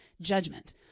judgment